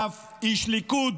אף איש ליכוד